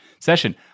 session